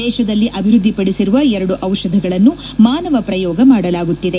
ದೇಶದಲ್ಲಿ ಅಭಿವೃದ್ದಿಪಡಿಸಿರುವ ಎರಡು ದಿಷಧಗಳನ್ನು ಮಾನವ ಪ್ರಯೋಗ ಮಾಡಲಾಗುತ್ತದೆ